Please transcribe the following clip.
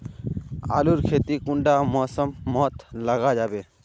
आलूर खेती कुंडा मौसम मोत लगा जाबे?